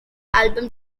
album